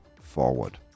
forward